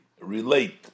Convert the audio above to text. relate